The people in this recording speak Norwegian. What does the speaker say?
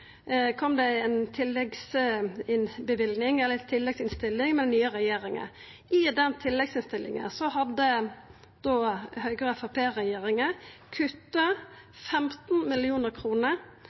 kom det ei tilleggsinnstilling med den nye regjeringa. I den tilleggsinnstillinga hadde da Høgre–Framstegsparti-regjeringa kutta 15